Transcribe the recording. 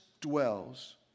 dwells